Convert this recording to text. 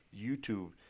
YouTube